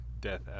death